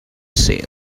sale